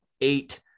eight